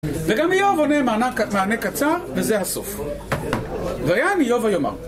וגם איוב עונה מענה קצר, וזה הסוף. ויען איוב ויאמר.